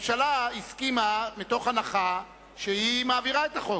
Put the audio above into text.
הממשלה הסכימה מתוך הנחה שהיא מעבירה את החוק.